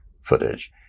footage